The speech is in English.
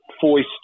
foist